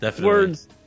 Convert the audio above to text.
Words